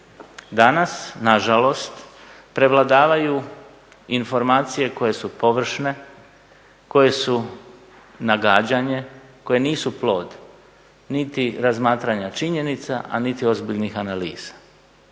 Danas nažalost prevladavaju informacije koje su površne, koje su nagađanje, koje nisu plod niti razmatranja činjenica, a niti ozbiljnih analiza.